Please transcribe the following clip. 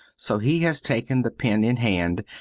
so he has taken the pen in hand,